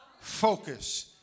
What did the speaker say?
Focus